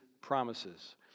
promises